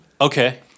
Okay